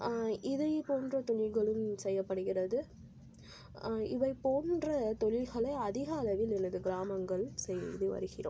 இதை போன்ற தொழில்களும் செய்யப்படுகிறது இவை போன்ற தொழில்களை அதிக அளவில் உள்ளது கிராமங்கள் செய்து வருகிறோம்